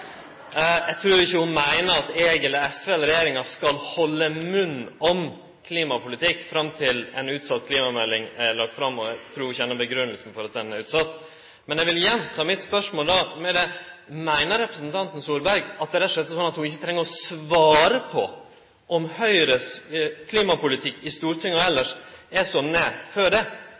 Eg trur ikkje ho meiner at eg eller SV eller regjeringa skal halde munn om klimapolitikk fram til ei utsett klimamelding er lagd fram – og eg trur ho kjenner grunngjevinga for at meldinga er utsett. Men eg vil då gjenta mitt spørsmål: Meiner representanten Solberg at det rett og slett er sånn at ho ikkje treng å svare på kva Høgres klimapolitikk er i Stortinget og elles?